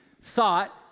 thought